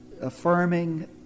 affirming